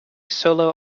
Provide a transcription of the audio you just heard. solo